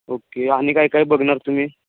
okay आणि काय काय बघणार तुम्ही